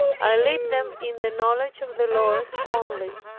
i leave them in the knowledge of the lord only.